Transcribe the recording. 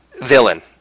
villain